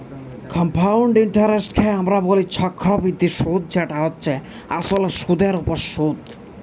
compound ইন্টারেস্টকে আমরা বলি চক্রবৃদ্ধি সুধ যেটা হচ্ছে আসলে সুধের ওপর সুধ